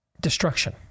destruction